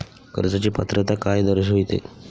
कर्जाची पात्रता काय दर्शविते?